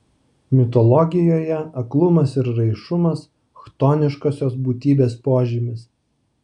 mitologijoje aklumas ir raišumas chtoniškosios būtybės požymis